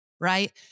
Right